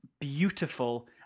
beautiful